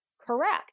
correct